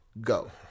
go